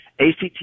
ACT